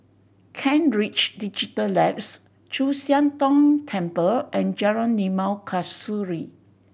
Kent Ridge Digital Labs Chu Siang Tong Temple and Jalan Limau Kasturi